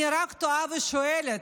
אני רק תוהה ושואלת,